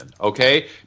okay